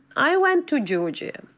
i went to georgia.